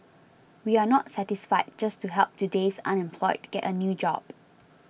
we are not satisfied just to help today's unemployed get a new job